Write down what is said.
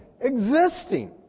existing